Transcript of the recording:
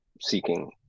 seeking